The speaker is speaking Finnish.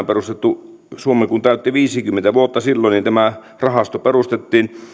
perustettu kun suomi täytti viisikymmentä vuotta silloin tämä rahasto perustettiin